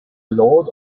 lord